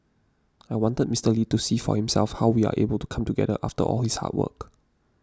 I wanted Mister Lee to see for himself how we are able to come together after all his hard work